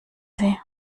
sie